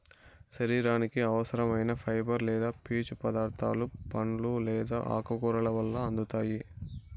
శరీరానికి అవసరం ఐన ఫైబర్ లేదా పీచు పదార్థాలు పండ్లు లేదా ఆకుకూరల వల్ల అందుతాయి